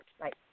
Right